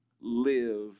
live